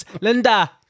linda